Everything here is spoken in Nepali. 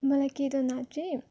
मलाई केदारनाथ चाहिँ